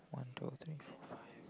one two three four five